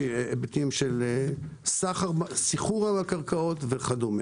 היבטים של סחר בקרקעות וכדומה.